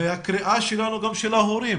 הקריאה שלנו היא גם להורים.